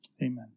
Amen